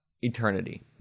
eternity